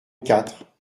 quatre